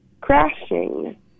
crashing